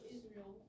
Israel